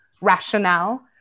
rationale